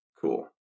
cool